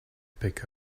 pick